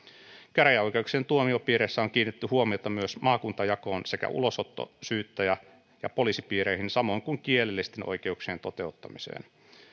käräjäoikeuksien tuomiopiireissä on kiinnitetty huomiota myös maakuntajakoon sekä ulosotto syyttäjä ja poliisipiireihin samoin kuin kielellisten oikeuksien toteuttamiseen